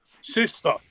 Sister